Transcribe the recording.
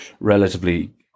relatively